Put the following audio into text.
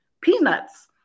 peanuts